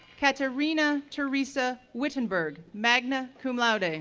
katarina teresa whittenburg, magna cum laude, and